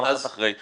פעם אחת אחרי.